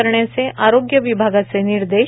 करण्याचे आरोग्य विभागाचे निर्देश